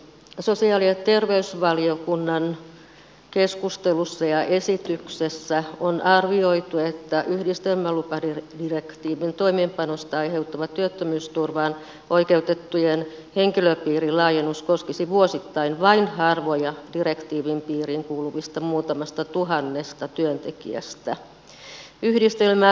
sosiaali ja terveysvaliokunnan keskustelussa ja esityksessä on arvioitu että yhdistelmälupadirektiivin toimeenpanosta aiheutuva työttömyysturvaan oikeutettujen henkilöpiirin laajennus koskisi vuosittain vain harvoja direktiivin piiriin kuuluvista muutamasta tuhannesta työntekijästä